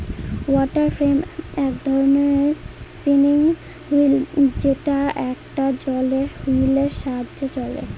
water frame এক ধরনের spinning wheel যেটা একটা জলের হুইলের সাহায্যে চলে